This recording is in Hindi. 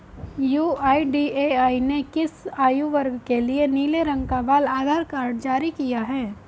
यू.आई.डी.ए.आई ने किस आयु वर्ग के लिए नीले रंग का बाल आधार कार्ड जारी किया है?